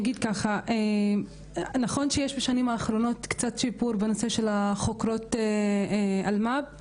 נכון שיש בשנים האחרונות קצת שיפור בנושא של חוקרות אלמ"ב.